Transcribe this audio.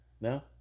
No